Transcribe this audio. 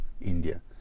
India